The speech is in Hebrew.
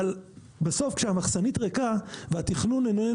אבל בסוף כשהמחסנית ריקה והתכנון איננו